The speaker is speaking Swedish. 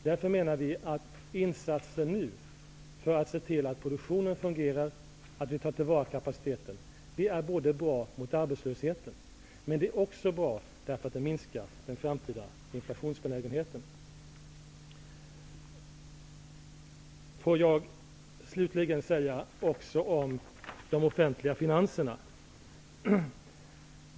Därför menar vi att insatser för att se till att produktionen fungerar och för att vi skall ta till vara kapaciteten både är bra mot arbetslösheten och för att minska den framtida inflationsbenägenheten. Låt mig slutligen också säga något om de offentliga finanserna.